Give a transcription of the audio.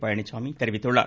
பழனிச்சாமி தெரிவித்துள்ளார்